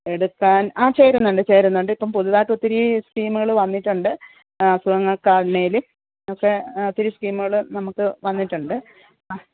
എടുക്കാൻ ആ ചേരുന്നുണ്ട് ചേരുന്നുണ്ട് ഇപ്പം പുതുതായിട്ട് ഒത്തിരി സ്കീമുകൾ വന്നിട്ടുണ്ട് അസുഖങ്ങൾക്കാണേലും ഒക്കെ ഒത്തിരി സ്കീമുകൾ നമുക്ക് വന്നിട്ടുണ്ട് അ